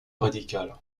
radical